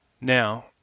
Now